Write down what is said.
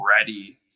ready